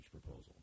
proposal